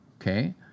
okay